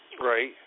Right